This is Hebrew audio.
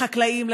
לחקלאים,